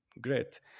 Great